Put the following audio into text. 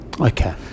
Okay